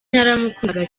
naramukundaga